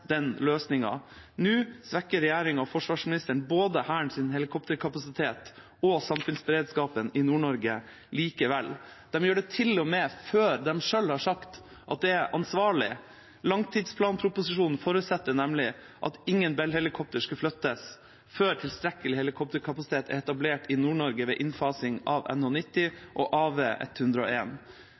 den løsningen. Nå svekker regjeringa og forsvarsministeren både Hærens helikopterkapasitet og samfunnsberedskapen i Nord-Norge likevel. De gjør det til og med før de selv har sagt at det er ansvarlig. Langtidsplanproposisjonen forutsetter nemlig at ingen Bell-helikopter skal flyttes før tilstrekkelig helikopterkapasitet er etablert i Nord-Norge ved innfasing av NH90 og